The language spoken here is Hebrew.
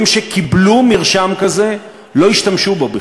35% מהחולים שקיבלו מרשם כזה לא השתמשו בו.